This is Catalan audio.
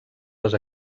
les